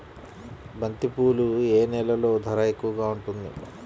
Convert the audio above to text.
బంతిపూలు ఏ నెలలో ధర ఎక్కువగా ఉంటుంది?